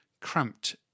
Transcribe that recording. cramped